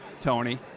Tony